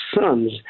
sons